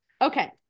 Okay